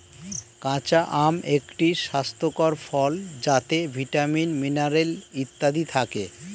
কাঁচা আম একটি স্বাস্থ্যকর ফল যাতে ভিটামিন, মিনারেল ইত্যাদি থাকে